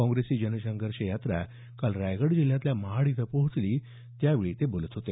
काँग्रेसची जनसंघर्ष यात्रा काल रायगड जिल्ह्यातल्या महाड इथं पोहोचली त्यावेळी ते बोलत होते